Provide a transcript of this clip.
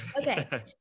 Okay